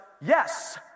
yes